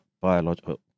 biological